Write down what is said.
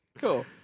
Cool